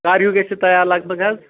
کر ہیٛوٗ گٔژھِ یہِ تیار لگ بگ حظ